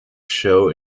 show